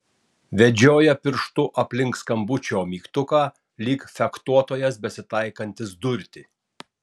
vedžioja pirštu aplink skambučio mygtuką lyg fechtuotojas besitaikantis durti